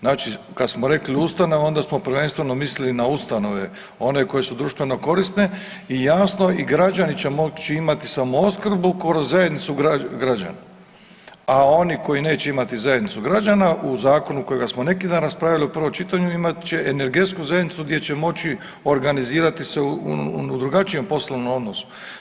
Znači kad smo rekli ustanove onda smo prvenstveno mislili na ustanove one koje su društveno korisne i jasno i građani će moć imati samoopskrbu kroz zajednicu građana, a oni koji neće imati zajednicu građana u zakonu kojega smo neki dan raspravili u prvom čitanju imat će energetsku zajednicu gdje će moći organizirati se u drugačijem poslovnom odnosu.